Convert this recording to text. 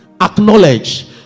acknowledge